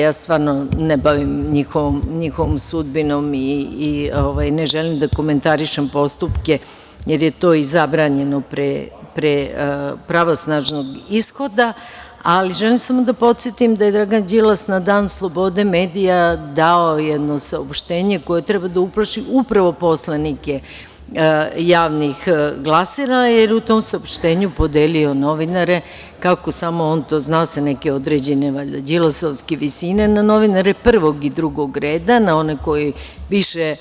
Ja se stvarno ne bavim njihovom sudbinom i ne želim da komentarišem postupke, jer je to i zabranjeno pre pravosnažnog ishoda, ali želim samo da podsetim da je Dragan Đilas na dan slobode medija dao jedno saopštenje koje treba da uplaši upravo poslanike javnih glasina, jer u tom saopštenju podelio je novinare, kako samo on to zna sa neke određene Đilasovske visine na novinare prvog i drugog reda, na one koji